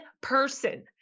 person